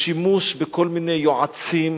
בשימוש בכל מיני יועצים